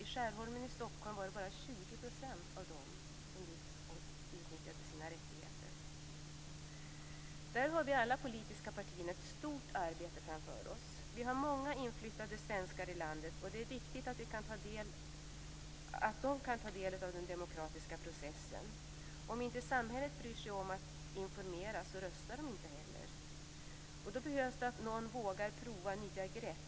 I Skärholmen i Stockholm var det bara 20 % av dem som utnyttjade sin rättighet att rösta. Alla politiska partier har här ett stort arbete framför sig. Det finns många inflyttade svenskar i landet, och det är viktigt att de kan ta del i den demokratiska processen. Om inte samhället bryr sig om att informera, röstar de inte heller. Det behövs att någon vågar prova nya grepp.